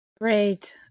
Great